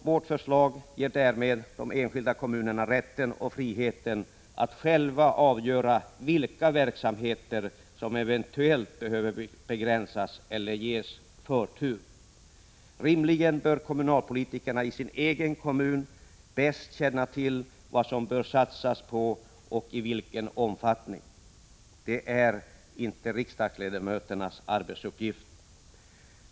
Vårt förslag ger därmed de enskilda kommunerna rätten och friheten att själva avgöra vilka verksamheter som eventuellt behöver begränsas eller ges förtur. Rimligen bör kommunalpolitikerna bäst känna till vad det bör satsas på i deras kommun och i vilken omfattning det bör göras — detta är inte riksdagsledamöternas uppgift.